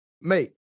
mate